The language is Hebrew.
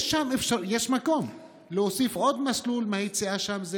יש מקום להוסיף עוד מסלול מהיציאה שם,